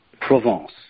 Provence